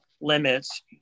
limits